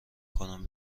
کنم